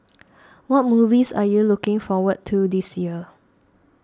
what movies are you looking forward to this year